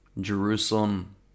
Jerusalem